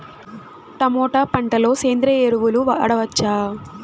Tomato పంట లో సేంద్రియ ఎరువులు వాడవచ్చా?